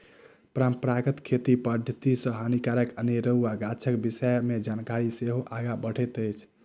परंपरागत खेती पद्धति सॅ हानिकारक अनेरुआ गाछक विषय मे जानकारी सेहो आगाँ बढ़ैत अछि